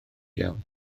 iawn